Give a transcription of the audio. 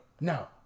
No